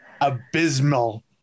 Abysmal